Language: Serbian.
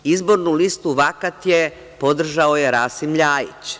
Izbornu listu „Vakat je“ podržao je Rasim LJajić.